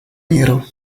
nero